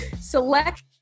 select